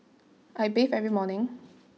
I bathe every morning